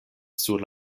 sur